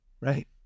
Right